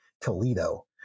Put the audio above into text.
Toledo